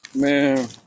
man